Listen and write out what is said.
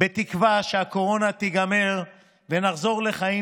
בתקווה שהקורונה תיגמר ונחזור לחיים